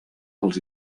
pels